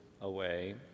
away